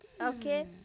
Okay